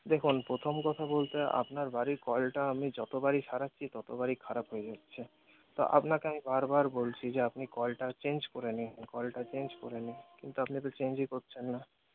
দেখুন প্রথম কথা বলতে আপনার বাড়ির কলটা আমি যতবারই সারাচ্ছি ততবারই খারাপ হয়ে যাচ্ছে তো আপনাকে আমি বারবার বলছি যে আপনি কলটা চেঞ্জ করে নিন কলটা চেঞ্জ করে নিন কিন্তু আপনি তো চেঞ্জই করছেন না